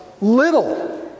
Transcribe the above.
little